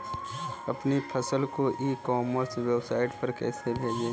अपनी फसल को ई कॉमर्स वेबसाइट पर कैसे बेचें?